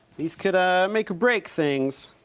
these could, ah, make or break things.